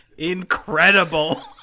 incredible